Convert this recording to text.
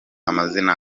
amazina